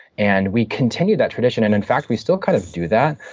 and we continued that tradition, and in fact we still kind of do that,